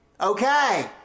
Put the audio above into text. Okay